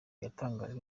yatangajwe